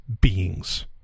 beings